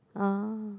oh